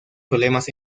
problemas